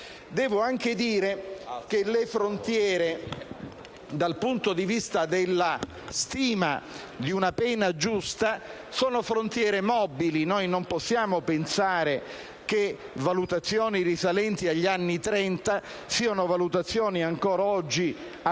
Devo anche dire che le frontiere dal punto di vista della stima di una pena giusta, sono frontiere mobili: noi non possiamo pensare che valutazioni risalenti agli anni Trenta siano ancora oggi attuali,